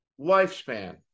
lifespan